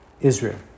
Israel